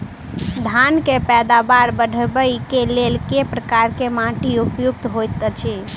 धान केँ पैदावार बढ़बई केँ लेल केँ प्रकार केँ माटि उपयुक्त होइत अछि?